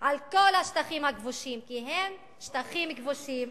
על כל השטחים הכבושים, כי הם שטחים כבושים,